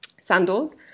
sandals